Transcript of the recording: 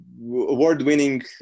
award-winning